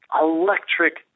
electric